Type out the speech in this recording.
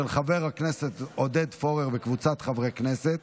של חבר הכנסת עודד פורר וקבוצת חברי הכנסת.